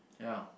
yeah